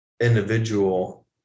individual